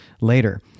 later